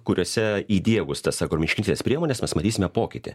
kuriuose įdiegus tas ekonomiškesnes priemones mes matysime pokytį